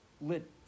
lit